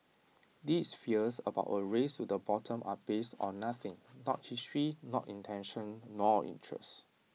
these fears about A race to the bottom are based on nothing not history not intention nor interest